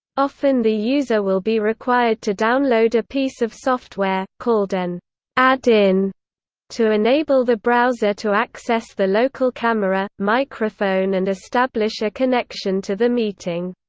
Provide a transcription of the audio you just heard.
often the user will be required to download a piece of software, called an add in to enable the browser to access the local camera, microphone and establish a connection to the meeting.